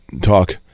talk